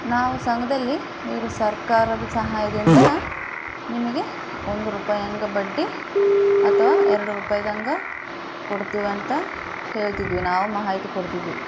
ನಾವು ಸಂಘದಲ್ಲಿ ಇವರು ಸರ್ಕಾರದ ಸಹಾಯದಿಂದ ನಿಮಗೆ ಒಂದು ರೂಪಾಯಿ ಹಂಗೆ ಬಡ್ಡಿ ಅಥವಾ ಎರಡು ರೂಪಾಯ್ದಂಗೆ ಕೊಡ್ತೀವಿ ಅಂತ ಹೇಳ್ತಿದ್ವಿ ನಾವು ಮಾಹಿತಿ ಕೊಡ್ತಿದ್ವಿ